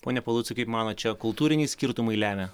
pone paluckai kaip manot čia kultūriniai skirtumai lemia